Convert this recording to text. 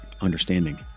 Understanding